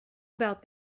about